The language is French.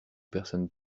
personnes